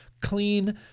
clean